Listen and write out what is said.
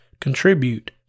contribute